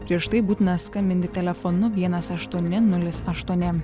prieš tai būtina skambinti telefonu vienas aštuoni nulis aštuoni